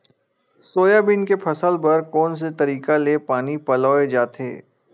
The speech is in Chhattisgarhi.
सोयाबीन के फसल बर कोन से तरीका ले पानी पलोय जाथे?